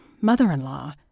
mother-in-law